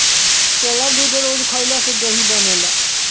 केला दूध रोज खइला से देहि बनेला